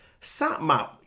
Satmap